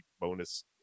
bonus